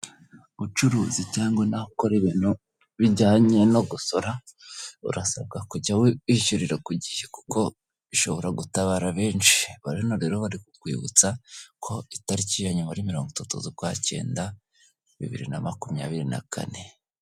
Mucuruzi cyangwa nawe ukora ibintu bijyanye no gusora urasabwa kujya wishyurira ku gihe kuko bishobora gutabara benshi ba noneho rero bari kukwibutsa ko itariki ya nyuma ari mirongo itatu z'ukwakenda bibiri na makumyabiri na kane.